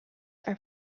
are